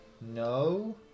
No